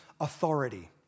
authority